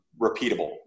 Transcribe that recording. repeatable